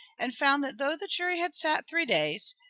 and found that though the jury had sat three days,